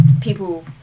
people